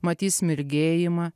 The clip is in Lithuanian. matys mirgėjimą